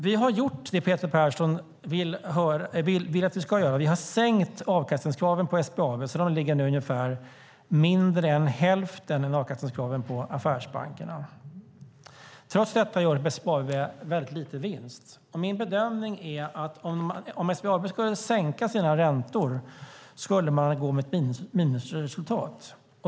Vi har gjort det Peter Persson vill att vi ska göra. Vi har sänkt avkastningskraven på SBAB, så de är nu ungefär mindre än hälften av avkastningskraven på affärsbankerna. Trots detta gör SBAB väldigt liten vinst. Min bedömning är att om SBAB skulle sänka sina räntor, då skulle man gå med ett minusresultat.